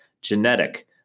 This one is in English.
Genetic